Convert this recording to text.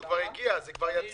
זה כבר הגיע, זה כבר יצא.